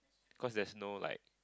cause there's no like